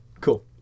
cool